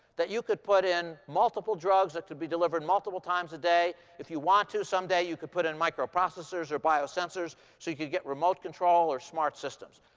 that you could put in multiple drugs that could be delivered multiple times a day. if you want to someday, you could put in microprocessors or biosensors so you could get remote control or smart systems.